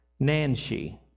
Nanshi